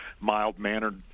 mild-mannered